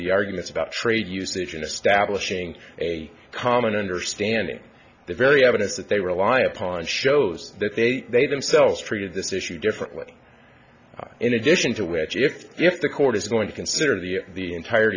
the arguments about trade usage in establishing a common understanding the very evidence that they rely upon shows that they they themselves treated this issue differently in addition to which if the court is going to consider the the entire